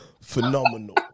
phenomenal